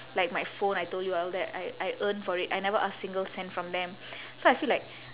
like my phone I told you all that I I earn for it I never ask single cent from them so I feel that